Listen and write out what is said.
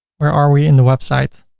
where are we in the website?